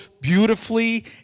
beautifully